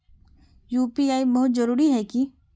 UPI बहुत जरूरी है की?